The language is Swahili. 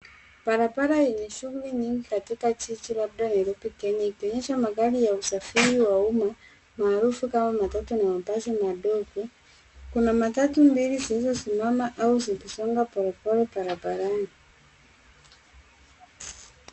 Barabara yenye shughuli nyingi katika jiji labda Nairobi Kenya. Ikionyesha magari ya usafiri wa umma maarufu kama matatu na mabasi madogo. Kuna matatu mbili zilizosimama au zikisonga polepole barabarani.